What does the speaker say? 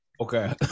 Okay